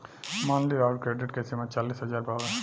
मान ली राउर क्रेडीट के सीमा चालीस हज़ार बावे